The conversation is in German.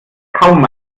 kaum